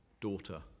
daughter